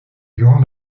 durant